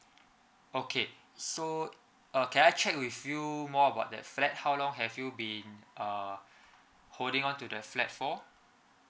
okay so uh can I check with you more about that flat how long have you been uh holding on to that flat for